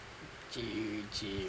G G